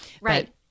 Right